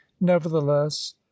nevertheless